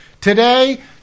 today